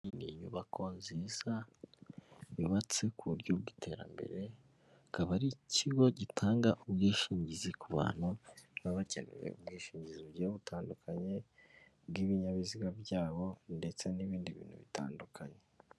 Ni inyubako nziza yubatse ku buryo bw'iterambere kaba ari ikigo gitanga ubwishingizi ku bantu baba bakeneye ubwishingizi butandukanye bw'ibinyabiziga byabo ndetse n'ibindi bintu bitandukanye.